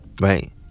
Right